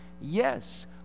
Yes